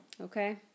Okay